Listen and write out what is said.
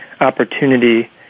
opportunity